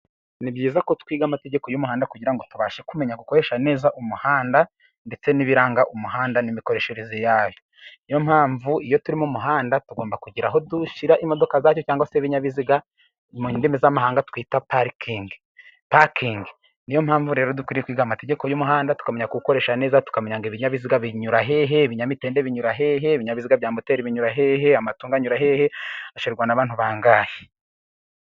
Ni byiza ko twiga amategeko y'umuhanda kugira ngo tubashe kumenya gukoresha neza umuhanda ndetse n'ibiranga umuhanda n'imikoreshereze yawo. Ni yo mpamvu iyo turi mu umuhanda, tugomba kugira aho dushyira imodoka zacu cyangwa se ibinyabiziga ,mu indimi z'amahanga twita parikingi( parking ). Ni yo mpamvu rero dukwiriye kwiga amategeko y'umuhanda ,tukamenya kuwukoresha neza ,tukamenya ngo ibinyabiziga binyura hehe? Ibinyamitende binyura hehe? Ibinyabiziga bya moteri binyura hehe ?Amatungo anyura hehe ? Ashorerwa n'abantu bangahe?